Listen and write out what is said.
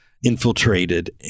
infiltrated